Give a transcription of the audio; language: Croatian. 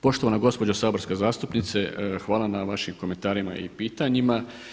Poštovana gospođo saborska zastupnice, hvala na vašim komentarima i pitanjima.